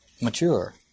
mature